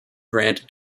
granted